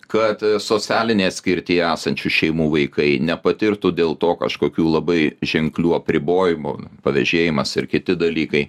kad socialinėje atskirtyje esančių šeimų vaikai nepatirtų dėl to kažkokių labai ženklių apribojimų pavėžėjimas ir kiti dalykai